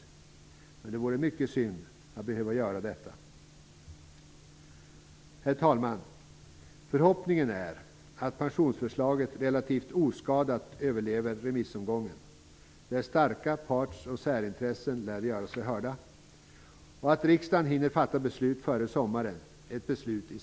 Det vore mycket synd att behöva göra detta. Herr talman! Förhoppningen är att pensionsförslaget relativt oskadat överlever remissomgången, där starka parts och särintressen lär göra sig hörda, och att riksdagen hinner fatta ett beslut i samförstånd före sommaren.